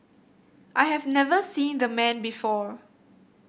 I have never seen the man before